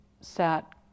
sat